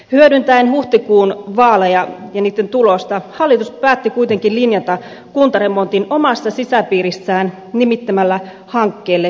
hyödyntäen huhtikuun vaaleja ja niitten tulosta hallitus päätti kuitenkin linjata kuntaremontin omassa sisäpiirissään nimittämällä hankkeelle projektipäällikön